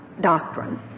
doctrine